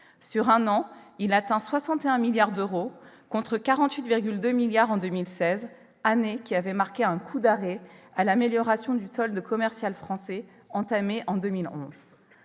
Sur un an, il atteint 61 milliards d'euros, contre 48,2 milliards d'euros en 2016, année qui avait marqué un coup d'arrêt à l'amélioration du solde commercial français entamée en 2011.